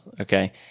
okay